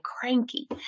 cranky